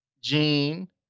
Gene